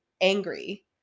angry